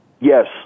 Yes